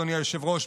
אדוני היושב-ראש,